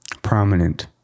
Prominent